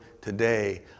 today